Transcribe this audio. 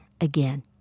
again